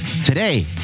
Today